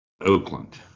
oakland